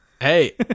Hey